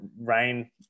rain